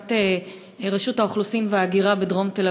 ללשכת רישום האוכלוסין וההגירה בדרום תל